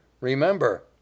Remember